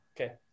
Okay